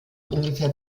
ungefähr